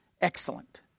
excellent